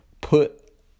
put